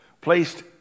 placed